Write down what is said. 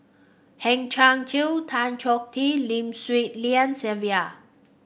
Hang Chang Chieh Tan Choh Tee Lim Swee Lian Sylvia